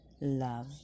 love